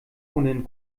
ohnehin